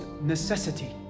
necessity